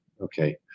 Okay